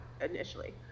initially